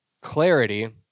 clarity